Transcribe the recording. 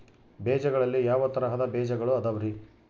ಬೇಜಗಳಲ್ಲಿ ಯಾವ ತರಹದ ಬೇಜಗಳು ಅದವರಿ?